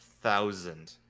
thousand